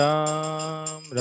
Ram